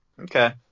Okay